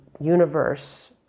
universe